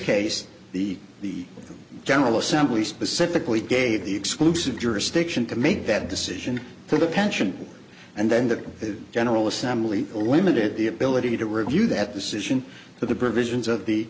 case the the general assembly specifically gave the exclusive jurisdiction to make that decision to the pension and then to the general assembly a limited the ability to review that decision for the